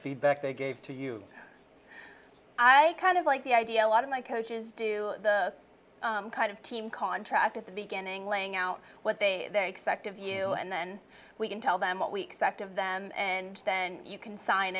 feedback they gave to you i kind of like the idea a lot of my coaches do the kind of team contract at the beginning laying out what they expect of you and then we can tell them what we expect of them and then you can sign